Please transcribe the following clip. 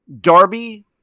Darby